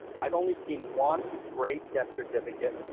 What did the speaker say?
i've only seen one great death certificate,